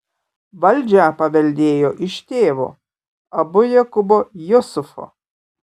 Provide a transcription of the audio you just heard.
valdžią paveldėjo iš tėvo abu jakubo jusufo